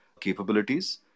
capabilities